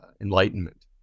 Enlightenment